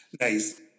Nice